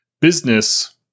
business